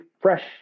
fresh